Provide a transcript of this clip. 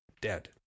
dead